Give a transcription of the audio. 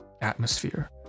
atmosphere